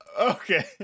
Okay